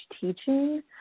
teaching